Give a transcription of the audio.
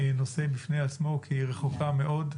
נושא בפני עצמו, כי היא רחוקה מאוד.